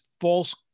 false